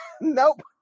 nope